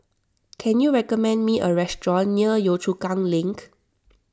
can you recommend me a restaurant near Yio Chu Kang Link